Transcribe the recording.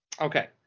Okay